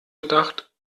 gedacht